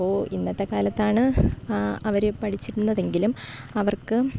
അപ്പോൾ ഇന്നത്തെ കാലത്താണ് അവർ പഠിച്ചിരുന്നതെങ്കിലും അവർക്കും